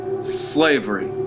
slavery